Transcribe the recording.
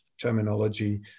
terminology